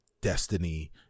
Destiny